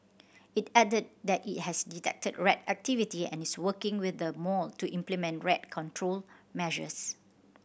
it added that it has detected rat activity and is working with the mall to implement rat control measures